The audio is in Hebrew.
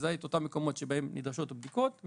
ותזהה את אותם מקומות שבהם נדרשות הבדיקות,